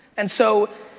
and so